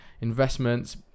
investments